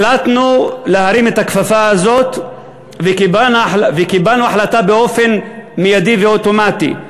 החלטנו להרים את הכפפה הזאת וקיבלנו החלטה באופן מיידי ואוטומטי.